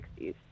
1960s